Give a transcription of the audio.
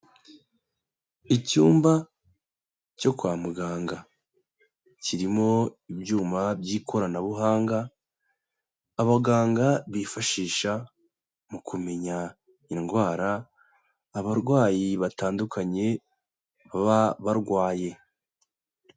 Icyumba cyo kwa muganga. Kirimo ibyuma by'ikoranabuhanga, abaganga bifashisha mu kumenya indwara abarwayi batandukanye baba barwaye.